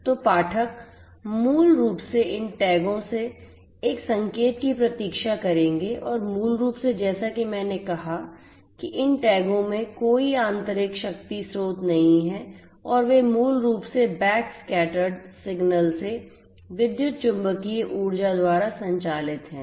तो पाठक मूल रूप से इन टैगों से एक संकेत की प्रतीक्षा करेंगे और मूल रूप से जैसा कि मैंने कहा कि इन टैगों में कोई आंतरिक शक्ति स्रोत नहीं है और वे मूल रूप से इस बैक स्कैटर्ड backscattered सिग्नल से विद्युत चुम्बकीय ऊर्जा द्वारा संचालित हैं